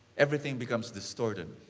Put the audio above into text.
everything becomes distorted.